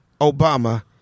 Obama